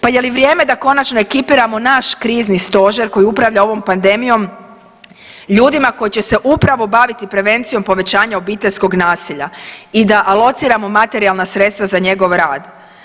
Pa je li vrijeme da konačno ekipiramo naš krizni Stožer koji upravlja ovom pandemijom ljudima koji će se upravo baviti prevencijom povećanja obiteljskog nasilja i da alociramo materijalna sredstva za njegov rad.